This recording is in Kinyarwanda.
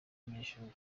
abanyeshuri